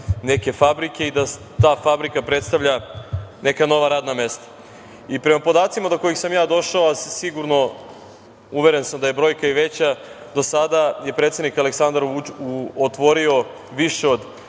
neke fabrike i da ta fabrika predstavlja neka nova radna mesta. Prema podacima do kojih sam ja došao, a sigurno uveren sam da je brojka i veća do sada je predsednik Aleksandar Vučić otvorio više od